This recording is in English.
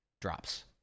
drops